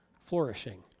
flourishing